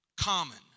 common